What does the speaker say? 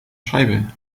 scheibe